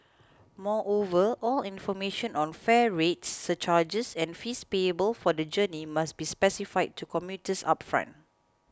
moreover all information on fare rates surcharges and fees payable for the journey must be specified to commuters upfront